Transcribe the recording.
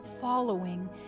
following